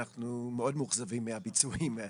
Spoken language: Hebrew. אנחנו מאוד מאוכזבים מהביצועים.